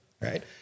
right